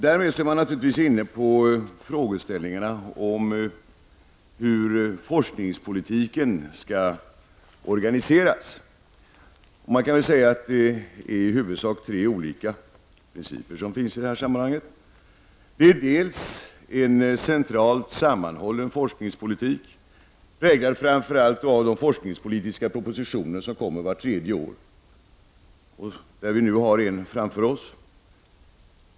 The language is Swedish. Därmed är jag naturligtvis inne på frågeställningarna om hur forskningspolitiken skall organiseras: Det finns i det här sammanhanget i huvudsak tre olika principer. Det är för det första en centralt sammanhållen forskningspolitik präglad framför allt av de forskningspolitiska propositioner som kommer vart tredje år, och vi har nu en sådan framför oss.